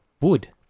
wood